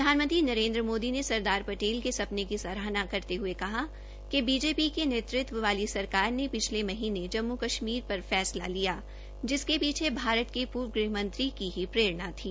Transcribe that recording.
प्रधानमंत्री नरेन्द्र मोदी ने सरदार पटेल के सपने की सराहना करते हये कहा कि बीजेपी के नेतृत्व वाली सरकार ने पिछले महीनें जम्मू कश्मीर पर फैसला लिया जिसके पीछे भारत के पूर्व गृहमंत्री की प्ररेणा थी